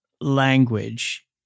language